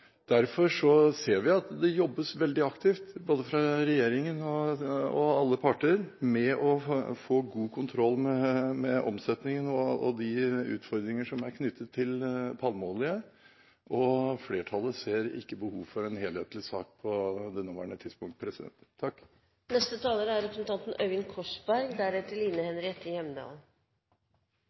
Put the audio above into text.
Derfor ser vi at det jobbes veldig aktiv, fra både regjeringen og alle parter, med å få god kontroll på omsetningen og de utfordringer som er knyttet til palmeolje, og flertallet ser ikke behov for en helhetlig sak på det nåværende tidspunkt. Som det har blitt sagt, er